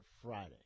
Friday